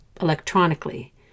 electronically